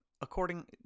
according